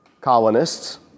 colonists